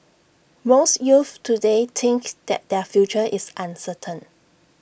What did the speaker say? most youths today think that their future is uncertain